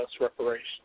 reparations